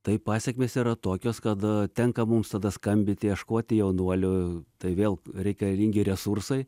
tai pasekmės yra tokios kad tenka mums tada skambinti ieškoti jaunuolių tai vėl reikalingi resursai